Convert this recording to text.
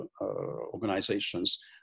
organizations